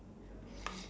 ya